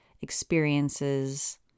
experiences